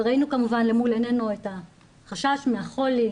וראינו כמובן למול עיננו את החשש מהחולי,